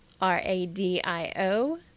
R-A-D-I-O